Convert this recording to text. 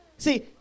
See